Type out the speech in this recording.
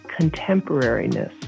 contemporariness